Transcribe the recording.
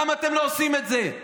למה אתם לא עושים את זה?